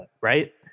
right